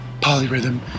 polyrhythm